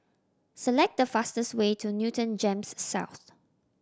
select the fastest way to Newton GEMS South